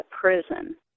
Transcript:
prison